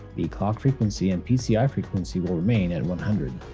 the clock frequency and pci frequency will remain at one hundred.